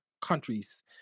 countries